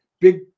big